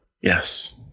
Yes